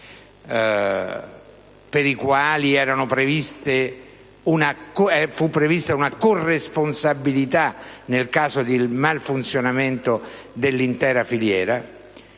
per i quali fu prevista una corresponsabilità nel caso del malfunzionamento dell'intera filiera: